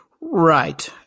Right